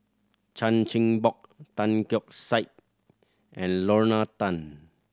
Chan Chin Bock Tan Keong Saik and Lorna Tan